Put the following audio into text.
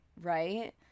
right